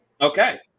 Okay